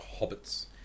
Hobbits